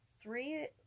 Three